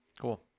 Cool